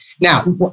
Now